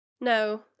No